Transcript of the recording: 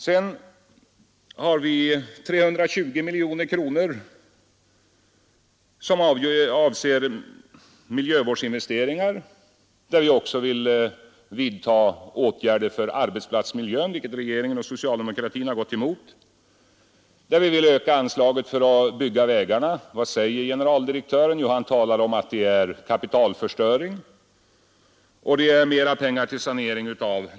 Sedan har vi 320 miljoner kronor som avser miljövårdsinvesteringar, vägar och sanering. För det beloppet vill vi också vidta åtgärder för arbetsplatsmiljön, vilket regeringen och socialdemokratin har gått emot, och vi vill öka anslaget för att bygga vägar. Vad generaldirektör? Jo, han talar om att det sker en kapitalförstö säger vägverkets ing på våra vägar på grund av för små anslag.